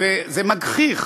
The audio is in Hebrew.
וזה מגחיך,